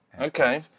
Okay